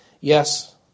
yes